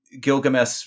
Gilgamesh